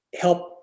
help